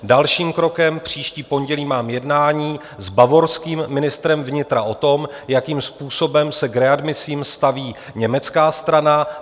Dalším krokem příští pondělí mám jednání s bavorským ministrem vnitra o tom, jakým způsobem se k readmisím staví německá strana.